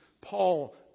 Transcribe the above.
Paul